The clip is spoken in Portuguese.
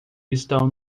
estão